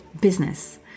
business